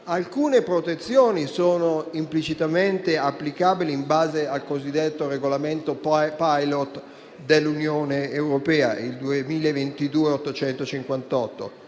Alcune protezioni sono implicitamente applicabili in base al cosiddetto regolamento *pilot* dell'Unione europea, il 2022/858,